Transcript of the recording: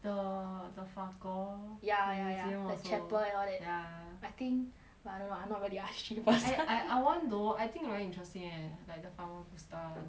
the the 法国 ya ya ya the museum also the chapel and all that ya I think but I don't know nobody asked I I want though I think very interesting leh like the farmer stuff